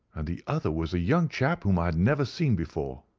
and the other was a young chap whom i had never seen before.